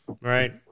right